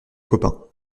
copain